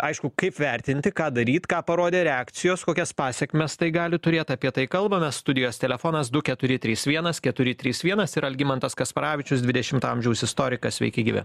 aišku kaip vertinti ką daryt ką parodė reakcijos kokias pasekmes tai gali turėt apie tai kalbamės studijos telefonas du keturi trys vienas keturi trys vienas ir algimantas kasparavičius dvidešimto amžiaus istorikas sveiki gyvi